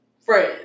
friends